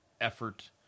effort